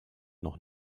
noch